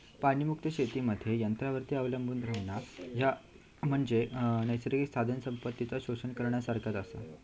प्राणीमुक्त शेतीमध्ये यंत्रांवर अवलंबून रव्हणा, ह्या म्हणजे नैसर्गिक साधनसंपत्तीचा शोषण करण्यासारखाच आसा